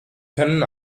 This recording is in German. können